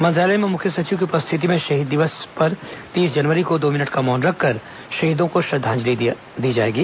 मंत्रालय में मुख्य सचिव की उपस्थिति में शहीद दिवस पर तीस जनवरी को दो मिनट का मौन रखकर शहीदों श्रद्धांजलि दी जाएगी